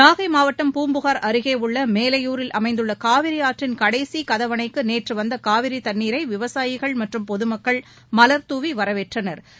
நாகை மாவட்டம் பூம்புகார் அருகே உள்ள மேலையூரில் அமைந்துள்ள காவிரி ஆற்றின் கடைசி கதவணைக்கு நேற்று வந்த காவிரி தண்ணீரை விவசாயிகள் மற்றும் பொதுமக்கள் மலா் தூவி வரவேற்றனா்